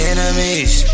Enemies